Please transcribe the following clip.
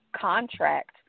contract